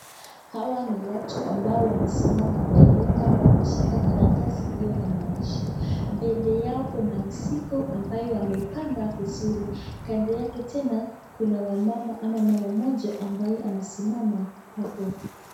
Hawa ni watu ambao wamesimama mbele kama wameshika karatasi iliyo na mandishi mbele yao kuna mizigo ambayo wamepanga mzuri Kanda yake tena kuna wamama ama mmama moja ambaye amesimama hapo.